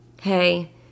hey